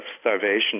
starvation